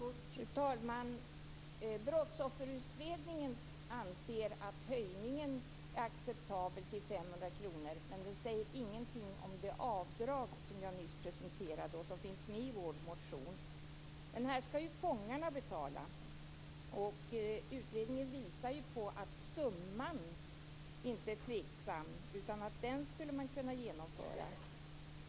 Fru talman! Brottsofferutredningen anser att höjningen till 500 kr är acceptabel, men man säger ingenting om det avdrag som jag nyss presenterade och som finns med i vår motion. Detta belopp skall fångarna betala, och utredningen visar ju på att summan inte är tveksam, utan att den skulle man kunna införa.